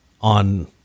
on